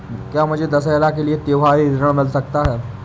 क्या मुझे दशहरा के लिए त्योहारी ऋण मिल सकता है?